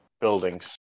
buildings